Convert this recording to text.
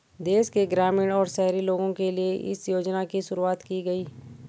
देश के ग्रामीण और शहरी लोगो के लिए इस योजना की शुरूवात की गयी